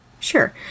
Sure